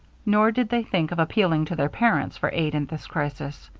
nor did they think of appealing to their parents for aid at this crisis.